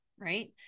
right